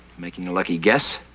making a lucky guess?